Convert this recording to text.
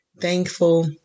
thankful